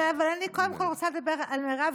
אבל אני קודם כול רוצה לדבר על מירב,